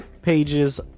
Pages